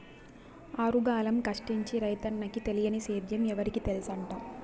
ఆరుగాలం కష్టించి రైతన్నకి తెలియని సేద్యం ఎవరికి తెల్సంట